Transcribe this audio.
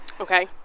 Okay